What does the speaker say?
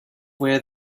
where